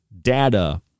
data